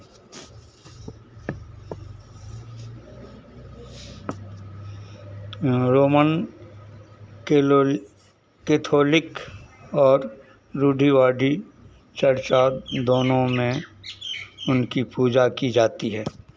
Roman कैलो Catholic और रूढ़िवादी चर्चा दोनों में उनकी पूजा की जाती है